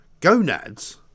gonads